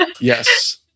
Yes